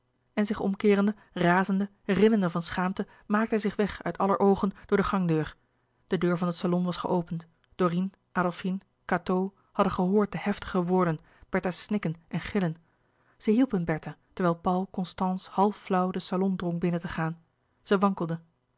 en zich omkeerende razende rillende van schaamte maakte hij zich weg uit aller oogen door de gangdeur de deur van den salon was geopend dorine adolfine cateau hadden gehoord de heftige woorden bertha's snikken en gillen zij hielpen bertha terwijl paul constance half flauw den salon drong binnen te gaan zij wankelde